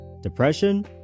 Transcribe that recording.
depression